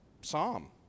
psalm